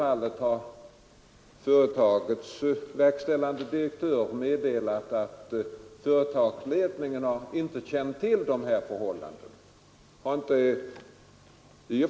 Företagets verkställande direktör har meddelat mig att företagsledningen inte har känt till dessa förhållanden.